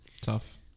Tough